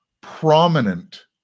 prominent